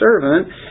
servant